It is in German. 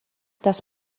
das